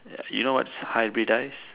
ya you know what's hybridise